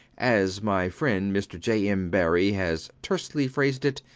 as my friend mr j. m. barrie has tersely phrased it,